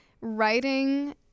writing